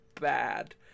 bad